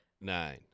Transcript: nine